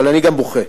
אבל אני גם בוכה,